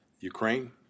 ukraine